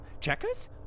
Checkers